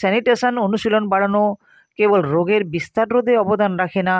sanitation অনুশীলন বাড়ানো কেবল রোগের বিস্তার রোধে অবদান রাখে না